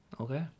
Okay